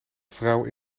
vrouw